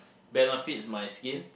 benefits my skin